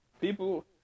People